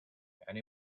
and